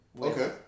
Okay